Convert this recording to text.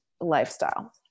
lifestyle